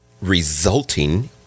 resulting